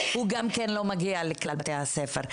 הוא גם כן לא מגיע לכלל בתי הספר,